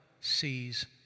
sees